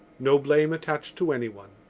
no blame attached to anyone.